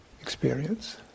experience